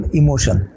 emotion